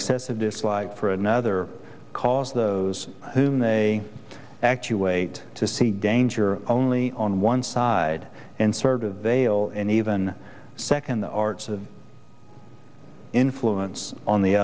excessive dislike for another cause those whom they act you wait to see danger only on one side and certain veil and even second the arts of influence on the